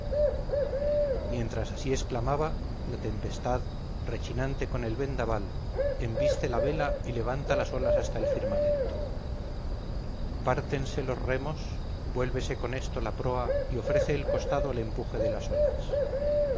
mientras así exclamaba la tempestad rechinante con el vendaval embiste la vela y levanta las olas hasta el firmamento pártense los remos vuélvese con esto la proa y ofrece el costado al empuje de las olas